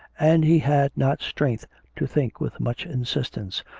and he had not strength to think with much insistence,